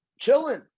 chilling